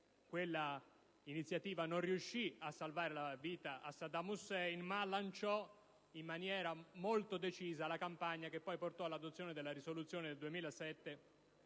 Quell'iniziativa non riuscì a salvare la vita a Saddam Hussein, ma lanciò in maniera molto decisa la campagna che portò all'adozione della risoluzione del 2007